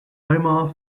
omar